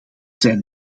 zijn